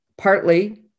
Partly